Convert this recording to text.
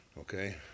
okay